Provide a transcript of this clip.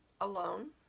Alone